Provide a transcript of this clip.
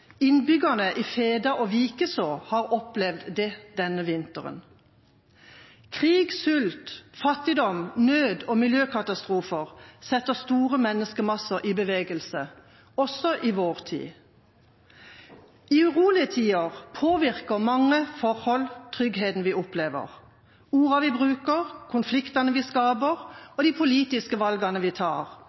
Innbyggerne i Feda og Vikeså har opplevd det denne vinteren. Krig, sult, fattigdom, nød og miljøkatastrofer setter store menneskemasser i bevegelse, også i vår tid. I urolige tider påvirker mange forhold tryggheten vi opplever. Ordene vi bruker, konfliktene vi skaper, og de politiske valgene vi tar,